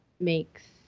makes